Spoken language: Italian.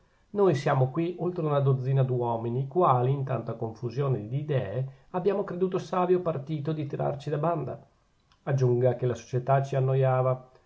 noi siamo qui oltre una dozzina d'uomini i quali in tanta confusione d'idee abbiamo creduto savio partito di tirarci da banda aggiunga che la società ci annoiava